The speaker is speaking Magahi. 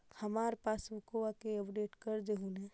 हमार पासबुकवा के अपडेट कर देहु ने?